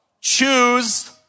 Choose